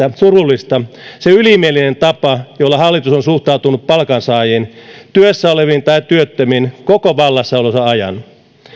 ja surullista se ylimielinen tapa jolla hallitus on suhtautunut palkansaajiin työssä oleviin tai työttömiin koko vallassaolonsa ajan